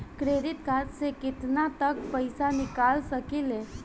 Credit card से केतना तक पइसा निकाल सकिले?